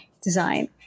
design